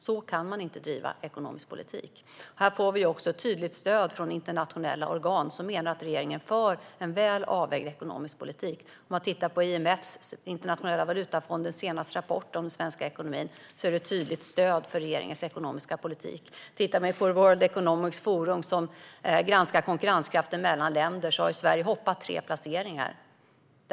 Så kan man inte driva ekonomisk politik. Här får vi också ett tydligt stöd från internationella organ som menar att regeringen för en väl avvägd ekonomisk politik. Om man tittar på IMF:s, Internationella valutafonden, senaste rapport om den svenska ekonomin ser man att det finns ett tydligt stöd för regeringens ekonomiska politik. Tittar man på World Economic Forums granskning av konkurrenskraften mellan länder ser man att Sverige har hoppat tre placeringar.